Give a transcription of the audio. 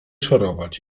szorować